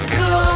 go